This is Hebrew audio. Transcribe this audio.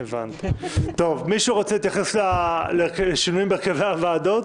מישהו רוצה להתייחס לשינויים בהרכבי הוועדות?